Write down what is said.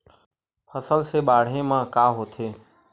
फसल से बाढ़े म का होथे?